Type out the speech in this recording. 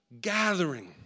gathering